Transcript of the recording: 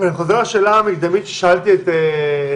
אני חוזר על השאלה המקדמית ששאלתי את עירית,